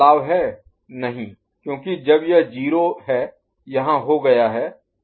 नहीं क्योंकि जब यह 0 है यहाँ हो गया है